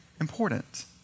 important